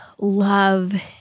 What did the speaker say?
love